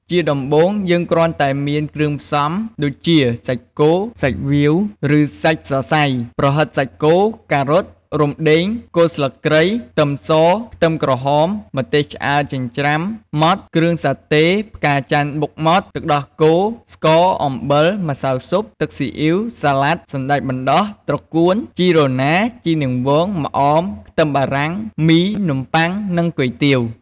ជាដំបូងយើងគ្រាន់តែមានគ្រឿងផ្សំដូចជា សាច់គោ សាច់វៀវ ឬសាច់សសៃ ប្រហិតសាច់គោ ការ៉ុត រំដេង គល់ស្លឹកគ្រៃ ខ្ទឹមស ខ្ទឹមក្រហម ម្ទេសឆ្អើរចិញ្ច្រាំម៉ដ្ដ គ្រឿងសាតេ ផ្កាចន្ទន៍បុកម៉ដ្ត ទឹកដោះគោ ស្ករ អំបិល ម្សៅស៊ុប ទឹកស៊ីអ៉ីវ សាលាដ សណ្ដែកបណ្ដុះ ត្រកួន ជីរណា ជីនាងវង ម្អម ខ្ទឹមបារាំង មី នំបុ័ង និងគុយទាវ។